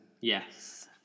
Yes